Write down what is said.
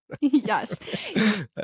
Yes